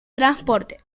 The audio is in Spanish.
transporte